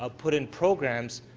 ah put in programs